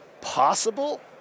Possible